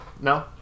No